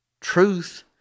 truth